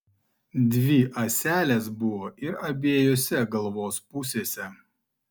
dvi ąselės buvo ir abiejose galvos pusėse